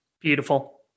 Beautiful